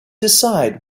decide